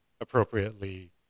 appropriately